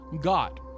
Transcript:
God